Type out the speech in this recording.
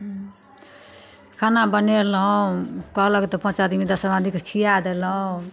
खाना बनेलहुँ कहलक तऽ पाँच आदमी दस आदमीके खिया देलहुँ